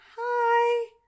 hi